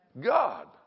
God